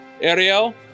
Ariel